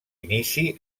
inici